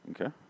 Okay